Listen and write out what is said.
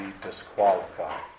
disqualified